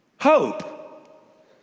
Hope